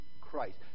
Christ